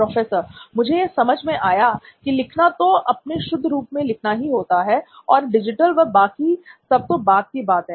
professor मुझे यह समझ में आया की लिखना तो अपने शुद्ध रूप में लिखना ही होता है और डिजिटल व बाकी सब तो बाद की बात है